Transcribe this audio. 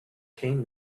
came